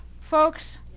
folks